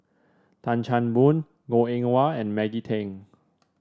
Tan Chan Boon Goh Eng Wah and Maggie Teng